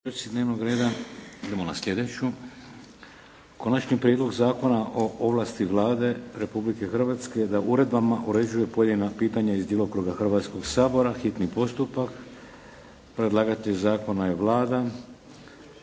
Vladimir (HDZ)** Idemo na sljedeću - Konačni prijedlog Zakona o ovlasti Vlade Republike Hrvatske da uredbama uređuje pojedina pitanja iz djelokruga Hrvatskoga sabora, hitni postupak Predlagatelj: Vlada